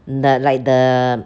the like the